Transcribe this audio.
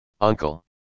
uncle